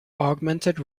augmented